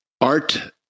art